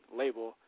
label